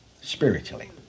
spiritually